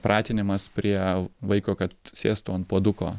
pratinimas prie vaiko kad sėstų ant puoduko